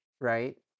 right